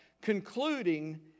concluding